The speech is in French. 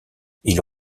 ils